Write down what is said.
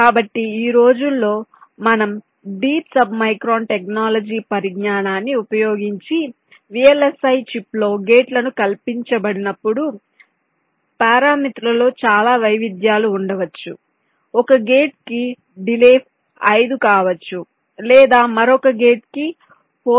కాబట్టి ఈ రోజుల్లో మనం డీప్ సబ్మైక్రాన్ టెక్నాలజీ పరిజ్ఞానాన్ని ఉపయోగించి VLSI చిప్లో గేట్ల ను కల్పించబడినప్పుడు పారామితులలో చాలా వైవిధ్యాలు ఉండవచ్చు ఒక గేట్ కు డిలే 5 కావచ్చు లేదా మరొక గేట్ కి 4